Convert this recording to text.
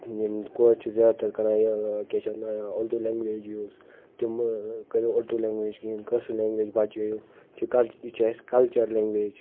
یِم کورِ چھِ زیادٕ تر کران یہِ ٲں کیٛاہ چھِ اَتھ ونان اردو لنٛگویج یوٗز تِم مہٕ ٲں کرِو اردو لنٛگویج کہیٖنۍ کٲشِر لنٛگویج بچٲیو یہِ چھِ کلچر یہِ چھِ اسہِ کلچر لنٛگویج